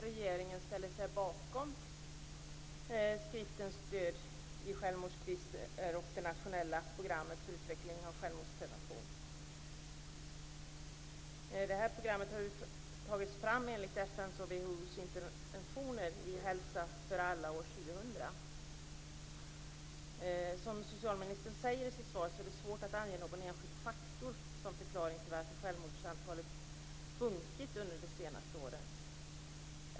Herr talman! Först vill jag tacka socialministern för svaret. Jag vill uttrycka min glädje över att regeringen ställer sig bakom skriften Stöd i självmordskriser - Nationellt program för utveckling av självmordsprevention. Programmet har tagits fram enligt Precis som socialministern säger är det svårt att ange någon enskild faktor som förklaring till varför självmordstalet sjunkit de senaste åren.